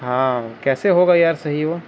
ہاں کیسے ہوگا یار صحیح وہ